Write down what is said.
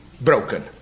broken